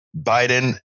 Biden